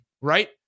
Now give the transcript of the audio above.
right